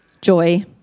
joy